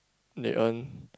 they earn